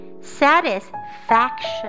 Satisfaction